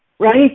Right